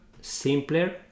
simpler